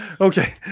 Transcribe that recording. Okay